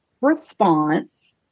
response